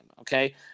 okay